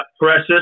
Precious